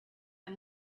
and